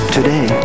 Today